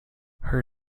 her